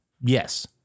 Yes